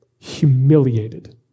humiliated